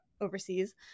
overseas